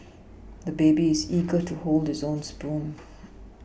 the baby is eager to hold his own spoon